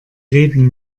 reden